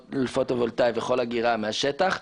כל פוטו וולטאי וכל אגירה מהשטח,